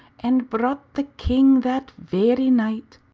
and brought the king that very night,